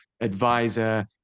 advisor